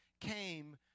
came